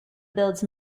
builds